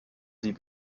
sie